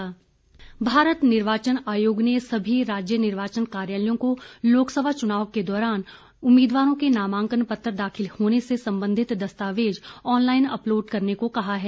निर्वाचन आयोग भारत निर्वाचन आयोग ने सभी राज्य निर्वाचन कार्यालयों को लोकसभा चुनाव के दौरान उम्मीदवारों के नामांकन पत्र दाखिल होने से संबंधित दस्तावेज ऑनलाइन अपलोड करने को कहा है